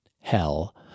hell